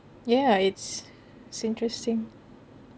ya it's so interesting